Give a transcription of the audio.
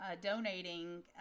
donating